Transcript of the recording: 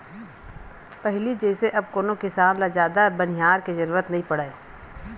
पहिली जइसे अब कोनो किसान ल जादा बनिहार के जरुरत नइ पड़य